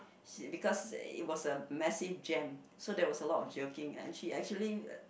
she because it was a massive jam so that was a lot of joking and she actually uh